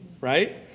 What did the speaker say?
Right